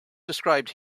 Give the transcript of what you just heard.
described